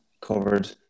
covered